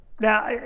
Now